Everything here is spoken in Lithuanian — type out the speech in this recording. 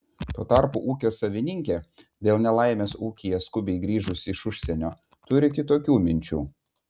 tuo tarpu ūkio savininkė dėl nelaimės ūkyje skubiai grįžusi iš užsienio turi kitokių minčių